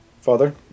father